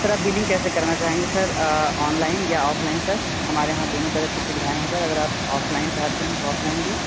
sir आप billing कैसे करना चाहेंगे सर ऑनलाइन या ऑफ़लाइन सर हमारे यहाँ दोनों तरह की सुविधाएँ हैं सर अगर आप ऑफ़लाइन चाहते हैं तो ऑफ़लाइन भी